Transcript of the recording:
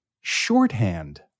shorthand